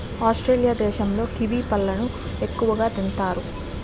Australia దేశంలో kiwi పళ్ళను ఎక్కువగా తింతారు